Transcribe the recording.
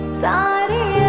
Sorry